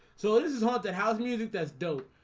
so this is haunted house music. that's dope.